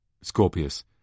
Scorpius